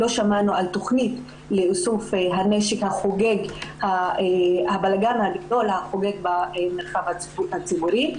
לא שמענו על תכנית לאיסוף הנשק והבלגן הגדול חוגג במרחב הציבורי.